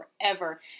forever